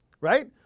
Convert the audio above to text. right